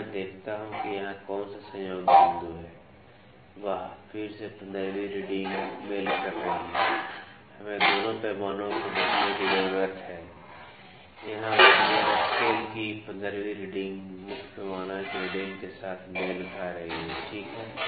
अब मैं देखता हूं कि यहां कौन सा संयोग बिंदु है वाह फिर से १५वीं रीडिंग मेल कर रही है हमें दोनों पैमानों को देखने की जरूरत है यहां वर्नियर स्केल की 15वीं रीडिंग मुख्य पैमाना के रीडिंग के साथ मेल खा रही है ठीक है